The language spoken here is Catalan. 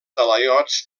talaiots